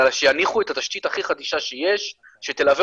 אלא שיניחו את התשתית הכי חדישה שיש שתלווה